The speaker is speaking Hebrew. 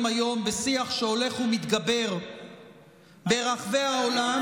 היום בשיח שהולך ומתגבר ברחבי העולם.